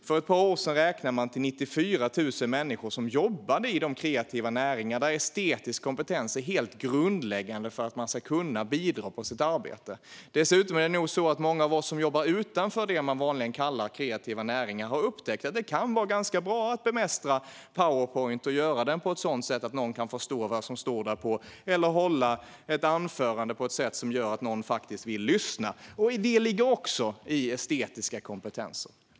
För ett par år sedan räknade man till 94 000 människor som jobbade inom de kreativa näringarna, där estetisk kompetens är helt grundläggande för att man ska kunna bidra på sitt arbete. Dessutom har nog många av oss som jobbar utanför det man vanligen kallar kreativa näringar upptäckt att det kan vara ganska bra att bemästra Powerpoint och göra det på ett sådant sätt att någon kan förstå vad som står där. Det kan också vara bra att kunna hålla ett anförande på ett sätt som gör att någon faktiskt vill lyssna. Också detta ligger inom estetiska kompetenser.